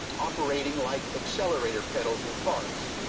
operating like accelerator pedals in cars.